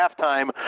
halftime